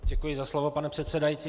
Děkuji za slovo, pane předsedající.